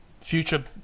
future